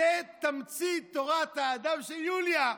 זאת תמצית תורת האדם של יוליה,